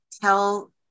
tell